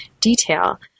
detail